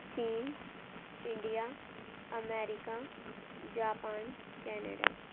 chain India America Japan Canada